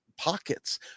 pockets